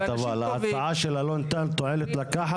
ההצעה של אלון טל טוענת לקחת?